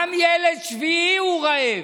גם ילד שביעי הוא רעב,